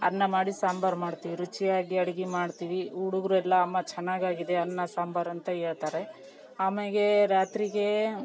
ಅನ್ನ ಮಾಡಿ ಸಾಂಬಾರು ಮಾಡ್ತಿವ್ರಿ ರುಚಿಯಾಗಿ ಅಡಿಗೆ ಮಾಡ್ತಿವಿ ಹುಡ್ಗುರೆಲ್ಲ ಅಮ್ಮ ಚೆನ್ನಾಗಾಗಿದೆ ಅನ್ನ ಸಾಂಬಾರು ಅಂತ ಹೇಳ್ತಾರೆ ಆಮೇಲೆ ರಾತ್ರಿಗೇ